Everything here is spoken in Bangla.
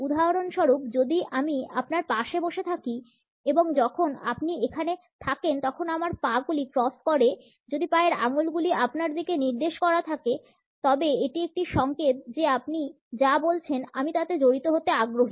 উদাহরণস্বরূপ যদি আমি আপনার পাশে বসে থাকি এবং যখন আপনি এখানে থাকেন তখন আমার পা গুলি ক্রস করে যদি পায়ের আঙ্গুলগুলি আপনার দিকে নির্দেশ করা থাকে তবে এটি একটি সংকেত যে আপনি যা বলছেন আমি তাতে জড়িত হতে আগ্রহী